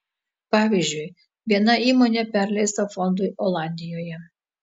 pavyzdžiui viena įmonė perleista fondui olandijoje